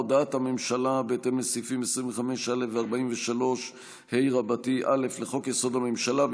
הודעת הממשלה בהתאם לסעיפים 25(א) ו-43ה(א) לחוק-יסוד: הממשלה,